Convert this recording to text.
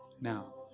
now